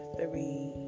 three